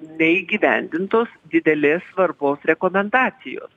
neįgyvendintos didelės svarbos rekomendacijos